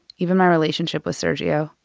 even my relationship with sergiusz. so